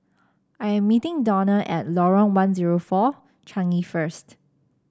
I am meeting Donna at Lorong one zero four Changi first